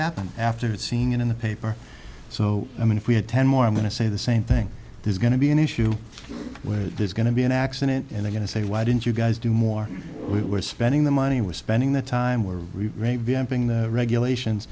happened after seeing it in the paper so i mean if we had ten more i'm going to say the same thing there's going to be an issue where there's going to be an accident and they going to say why didn't you guys do more we were spending the money we're spending the time we're rate vamping the regulations